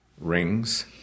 Rings